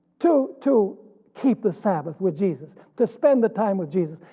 to to keep the sabbath with jesus, to spend the time with jesus,